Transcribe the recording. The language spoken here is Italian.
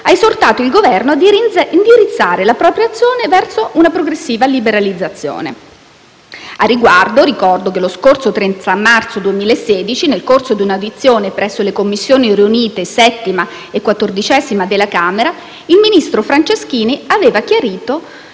ha esortato il Governo ad indirizzare la propria azione verso una progressiva liberalizzazione. Al riguardo, ricordo che lo scorso 30 marzo 2016, nel corso di una audizione presso le Commissioni riunite 7a e 14a della Camera, il ministro Franceschini aveva dichiarato